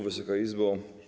Wysoka Izbo!